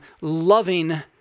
loving